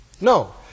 no